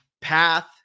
path